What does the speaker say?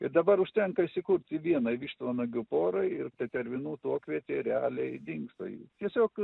ir dabar užtenka įsikurti vienai vištvanagių porai ir tetervinų tuokvietė realiai dingsta jų tiesiog